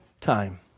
time